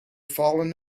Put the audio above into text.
fallen